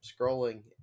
scrolling